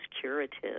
curative